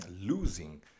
losing